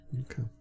Okay